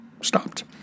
stopped